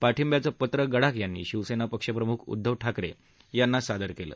पाठिंब्याचं पत्र गडाख यांनी शिवसेना पक्षप्रमुख उद्दव ठाकरे यांना सादर केलं